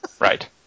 Right